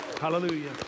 Hallelujah